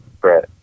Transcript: Brett